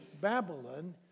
Babylon